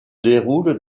déroule